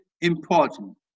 important